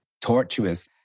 tortuous